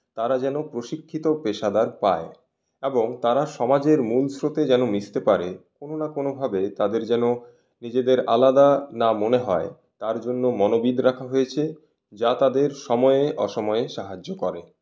তারা যেন প্রশিক্ষিত পেশাদার পায় এবং তারা সমাজের মূল স্রোতে যেন মিশতে পারে কোনো না কোনোভাবে তাদের যেন নিজেদের আলাদা না মনে হয় তার জন্য মনোবিদ রাখা হয়েছে যা তাদের সময়ে অসময়ে সাহায্য করে